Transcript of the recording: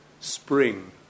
spring